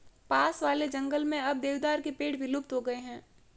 पास वाले जंगल में अब देवदार के पेड़ विलुप्त हो गए हैं